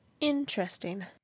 Interesting